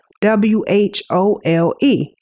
W-H-O-L-E